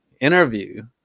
interview